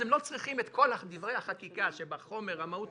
הם לא צריכים ללמוד בעל-פה את כל דברי החקיקה שבחומר המהותי.